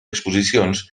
exposicions